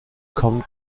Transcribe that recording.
kommen